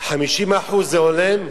50% זה הולם?